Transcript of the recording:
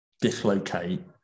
dislocate